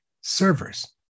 servers